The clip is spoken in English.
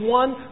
one